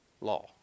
Law